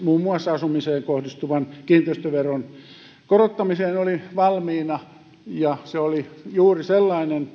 muun muassa asumiseen kohdistuvan kiinteistöveron korottamiseen oli valmiina ja meidän lähtökohtamme ja tavoitteemme oli juuri sellainen